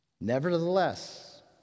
Nevertheless